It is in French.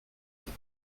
vous